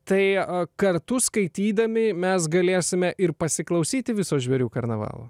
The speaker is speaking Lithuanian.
tai kartu skaitydami mes galėsime ir pasiklausyti viso žvėrių karnavalo